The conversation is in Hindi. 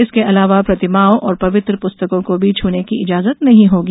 इसके अलावा प्रतिमाओं और पवित्र पुस्तकों को भी छूने की इजाजत नहीं होगी